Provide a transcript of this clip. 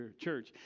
church